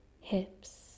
hips